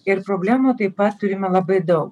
ir problemų taip pat turime labai dau